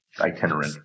itinerant